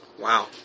Wow